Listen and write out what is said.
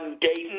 Dayton